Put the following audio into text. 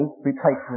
replacement